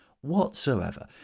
whatsoever